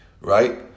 right